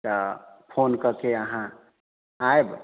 तऽ फोन कऽके अहाँ आयब